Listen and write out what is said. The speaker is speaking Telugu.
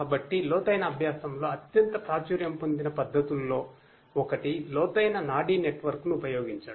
కాబట్టి లోతైన అభ్యాసంలో అత్యంత ప్రాచుర్యం పొందిన పద్ధతుల్లో ఒకటి లోతైన నాడీ నెట్వర్క్ను ఉపయోగించడం